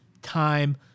time